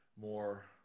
more